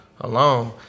alone